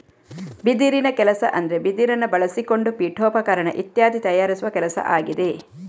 ಬಿದಿರಿನ ಕೆಲಸ ಅಂದ್ರೆ ಬಿದಿರನ್ನ ಬಳಸಿಕೊಂಡು ಪೀಠೋಪಕರಣ ಇತ್ಯಾದಿ ತಯಾರಿಸುವ ಕೆಲಸ ಆಗಿದೆ